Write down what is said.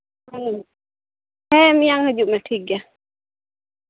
ᱦᱮᱸ ᱢᱮᱭᱟᱝ ᱦᱤᱡᱩᱜ ᱢᱮ ᱴᱷᱤᱠ ᱜᱮᱭᱟ